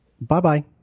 Bye-bye